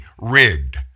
rigged